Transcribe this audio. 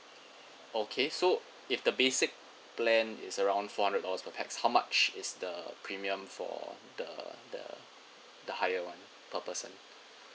okay so if the basic plan is around four hundred dollars per pax how much is the premium for the the the higher [one] per person